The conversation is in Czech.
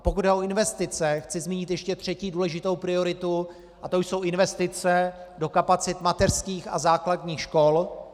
Pokud jde o investice, chci zmínit ještě třetí důležitou prioritu, a to jsou investice do kapacit mateřských a základních škol.